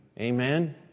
Amen